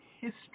history